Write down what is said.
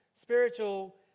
spiritual